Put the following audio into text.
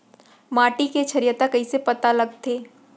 माटी के क्षारीयता कइसे पता लगथे?